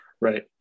Right